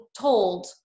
told